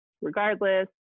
regardless